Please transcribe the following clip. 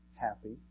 happy